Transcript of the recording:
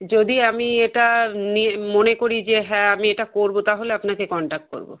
যদি আমি এটা নিয়ে মনে করি যে হ্যাঁ আমি এটা করবো তাহলে আপনাকে কন্টাক্ট করবো